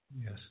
Yes